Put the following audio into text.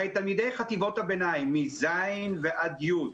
הרי תלמידי חטיבות הביניים מכיתה י' ועד י',